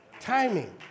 Timing